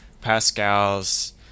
Pascal's